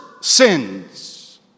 sins